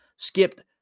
Skipped